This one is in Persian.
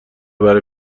برای